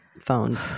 phone